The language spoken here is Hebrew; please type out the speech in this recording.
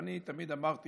אני תמיד אמרתי